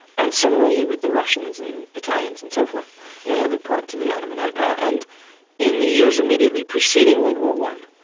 and similarly with the russians and italians and so forth in other parts of the ottoman empire. and in the years immediately preceding world war i,